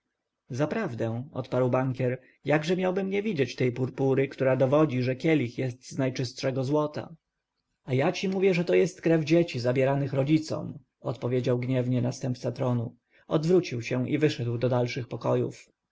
zaprawdę odparł bankier jakżebym nie miał widzieć tej purpury która dowodzi że kielich jest z najczystszego złota a ja ci mówię że to jest krew dzieci zabieranych rodzicom odpowiedział gniewnie następca tronu odwrócił się i wyszedł do dalszych pokojów